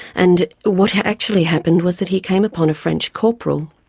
and what actually happened was that he came upon a french corporal,